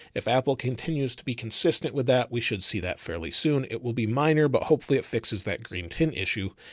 if apple continues to be consistent with that, we should see that fairly soon, it will be minor, but hopefully it fixes that green tin issue,